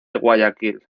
guayaquil